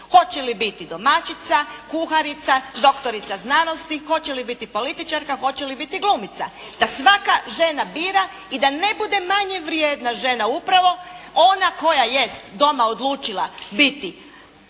hoće li biti domaćica, kuharica, doktorica znanosti, hoće li biti političarka, hoće li biti glumica. Da svaka žena bira i da ne bude manje vrijedna, upravo ona koja jest doma odlučila biti